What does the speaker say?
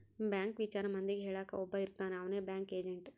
bank ವಿಚಾರ ಮಂದಿಗೆ ಹೇಳಕ್ ಒಬ್ಬ ಇರ್ತಾನ ಅವ್ನೆ ಬ್ಯಾಂಕ್ ಏಜೆಂಟ್